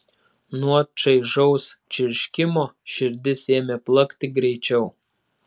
nuo čaižaus čirškimo širdis ėmė plakti greičiau